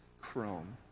Chrome